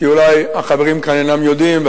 כי אולי החברים כאן אינם יודעים,